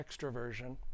extroversion